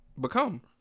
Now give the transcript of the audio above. become